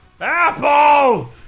Apple